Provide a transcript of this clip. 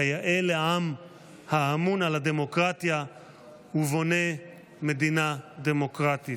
כיאה לעם האמון על הדמוקרטיה ובונה מדינה דמוקרטית".